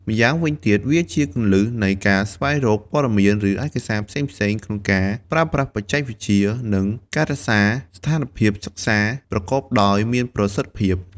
ម្យ៉ាងវិញទៀតវាជាគន្លឹះនៃការស្វែងរកព័ត៌មានឬឯកសារផ្សេងៗក្នុងការប្រើប្រាស់បច្ចេកវិទ្យា និងការរក្សាស្ថានភាពសិក្សាប្រកបដោយមានប្រសិទ្ធភាព។